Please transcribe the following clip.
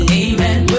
amen